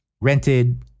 rented